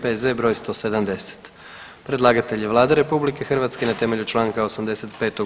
P.Z. broj 170 Predlagatelj je Vlada RH na temelju Članka 85.